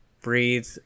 breathe